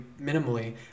minimally